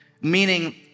meaning